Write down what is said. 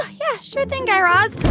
yeah. sure thing, guy raz.